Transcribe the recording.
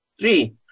Three